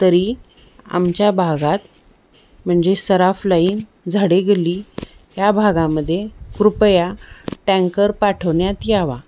तरी आमच्या भागात म्हणजे सराफ लाईन झाडे गल्ली या भागामध्ये कृपया टँकर पाठवण्यात यावा